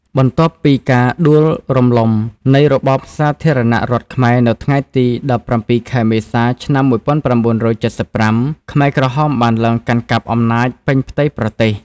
បន្ទាប់ពីការដួលរំលំនៃរបបសាធារណរដ្ឋខ្មែរនៅថ្ងៃទី១៧ ខែមេសា ឆ្នាំ១៩៧៥ ខ្មែរក្រហមបានឡើងកាន់កាប់អំណាចពេញផ្ទៃប្រទេស។